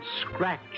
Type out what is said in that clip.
scratch